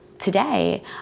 Today